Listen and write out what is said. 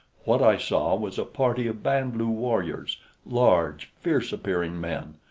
what i saw was a party of band-lu warriors large, fierce-appearing men.